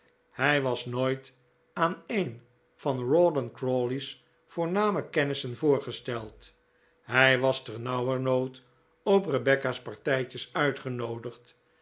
hij was nooit aan een van rawdon crawley's voorname kennissen voorgesteld hij was ternauwernood op rebecca's partijtjes uitgenoodigd